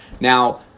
Now